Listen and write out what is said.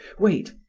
wait,